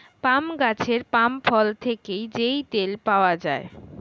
পাম গাছের পাম ফল থেকে যেই তেল পাওয়া যায়